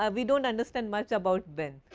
ah we do not understand much about ben.